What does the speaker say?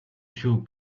шүү